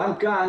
כאן,